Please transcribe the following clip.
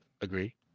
Agree